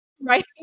right